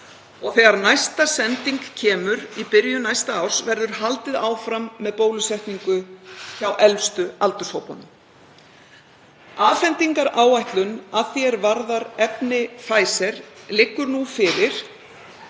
Þegar næsta sending kemur í byrjun næsta árs verður haldið áfram með bólusetningu hjá elstu aldurshópunum. Afhendingaráætlun að því er varðar efni Pfizer liggur nú fyrir